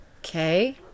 Okay